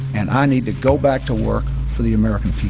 and i need to go back to work for the american